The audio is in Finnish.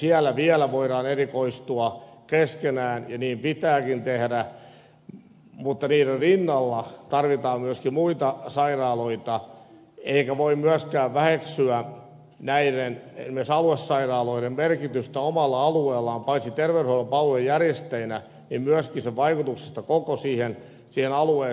siellä vielä voidaan erikoistua keskenään ja niin pitääkin tehdä mutta niiden rinnalla tarvitaan myöskin muita sairaaloita eikä voi myöskään väheksyä esimerkiksi näiden aluesairaaloiden merkitystä omalla alueellaan paitsi terveydenhuollon palvelujen järjestäjinä myöskin niiden vaikutusta koko siihen alueeseen